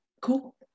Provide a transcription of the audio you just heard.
cool